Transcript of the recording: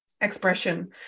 expression